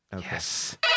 Yes